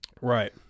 Right